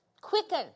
Quicken